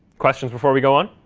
questions before we go on?